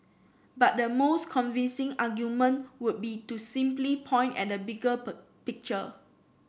but the most convincing argument would be to simply point at the bigger picture